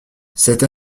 cette